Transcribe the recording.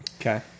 Okay